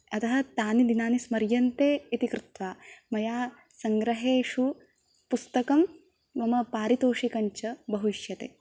अतः तानि दिनानि स्मर्यन्ते इति कृत्वा मया सङ्ग्रहेषु पुस्तकं मम पारितोषिकञ्च बहु इष्यते